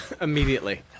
immediately